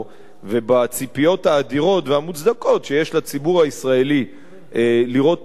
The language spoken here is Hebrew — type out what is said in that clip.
ובציפיות האדירות והמוצדקות שיש לציבור הישראלי לראות תוצאות,